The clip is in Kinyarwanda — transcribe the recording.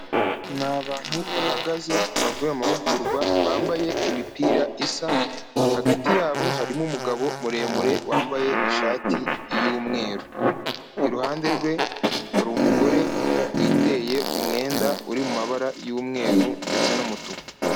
N’abantu bahagaze bavuye mu mahugurwa bambaye imipira isa hagati yabo harimo umugabo muremure wambaye ishati y’umweru iruhande rwe hari umugore witeye umwenda uri mumabara y’umweru ndetse n'umutuku.